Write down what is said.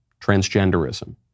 transgenderism